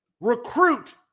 recruit